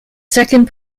second